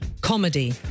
comedy